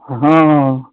हँ